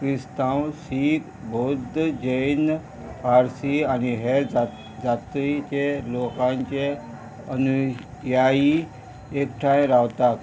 क्रिस्तांव सीख बौद्ध जैन फारसी आनी हे जात्रेचे लोकांचे अनुयी एकठांय रावतात